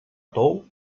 tou